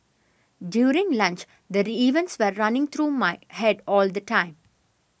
during lunch the events were running through my head all the time